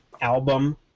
album